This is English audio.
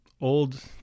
old